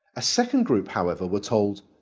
a second group however, were told,